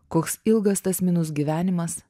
koks ilgas tas minus gyvenimas